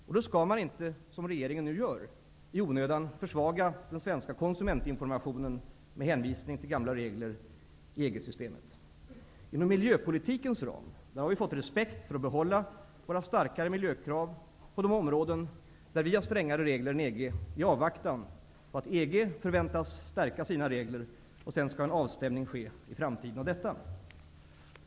Och då skall man inte som regeringen nu gör i onödan försvaga den svenska konsumentinformationen med hänvisning till gamla regler i EG-systemet. Inom miljöpolitikens ram har vi fått respekt för att behålla våra starkare miljökrav på de områden där vi har strängare regler än EG i avvaktan på EG:s förväntade stärkning av sina regler, och sedan skall i framtiden ske en avstämning av detta.